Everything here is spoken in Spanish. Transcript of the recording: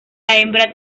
hembra